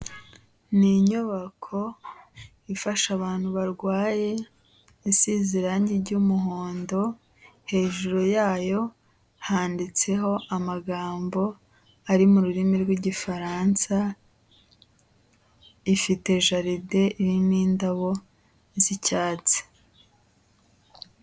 Ni inyubako ifasha abantu barwaye, isize irangi ry'umuhondo hejuru yayo handitseho amagambo ari mu rurimi rw'Igifaransa, ifite jaride irimo indabo z'icyatsi.